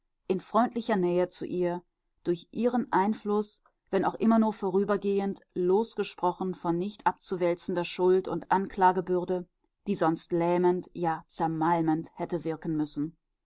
in freundlicher nähe zu ihr durch ihren einfluß wenn auch immer nur vorübergehend losgesprochen von nicht abzuwälzender schuld und anklagebürde die sonst lähmend ja zermalmend hätte wirken müssen